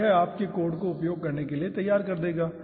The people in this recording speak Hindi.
तो यह आपके कोड को उपयोग के लिए तैयार कर देगा